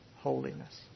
holiness